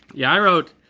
yeah i wrote,